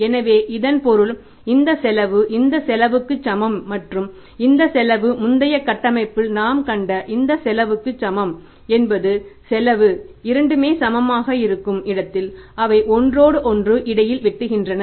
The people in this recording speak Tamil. எனவே இதன் பொருள் இந்த செலவு இந்த செலவுக்கு சமம் மற்றும் இந்த செலவு முந்தைய கட்டமைப்பில் நாம் கண்ட இந்த செலவுக்கு சமம் என்பதும் செலவு இரண்டுமே சமமாக இருக்கும் இடத்தில் அவை ஒன்றோடொன்று இடையில் வெட்டுகின்றன